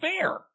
fair